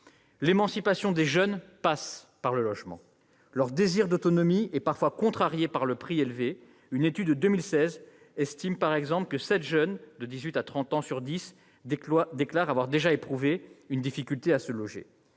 L'émancipation des jeunes passe par le logement. Leur désir d'autonomie est parfois contrarié par le prix élevé du logement. Une étude de 2016 estime, par exemple, que sept jeunes de dix-huit à trente ans sur dix déclarent avoir déjà éprouvé une difficulté à se loger.